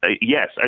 Yes